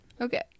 Okay